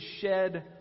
shed